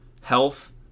health